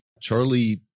Charlie